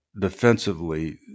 defensively